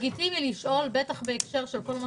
לגיטימי לשאול, בטח בהקשר של כל מה